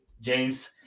James